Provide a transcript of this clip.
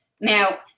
Now